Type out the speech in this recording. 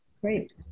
Great